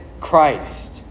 Christ